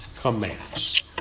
commands